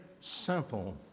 simple